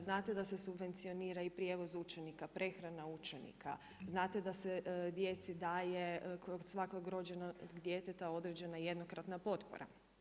Znate da se subvencionira i prijevoz učenika, prehrana učenika, znate da se djeci daje kod svakog rođenog djeteta određena jednokratna potpora.